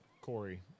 Corey